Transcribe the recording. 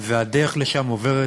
והדרך לשם עוברת